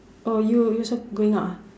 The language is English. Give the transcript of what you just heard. oh you you also going out ah